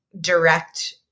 direct